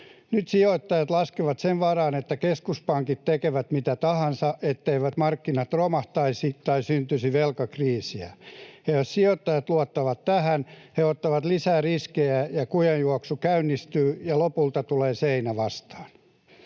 Nyt sijoittajat laskevat sen varaan, että keskuspankit tekevät mitä tahansa, etteivät markkinat romahtaisi ja ettei syntyisi velkakriisiä, ja jos sijoittajat luottavat tähän, he ottavat lisää riskejä, kujanjuoksu käynnistyy ja lopulta tulee seinä vastaan.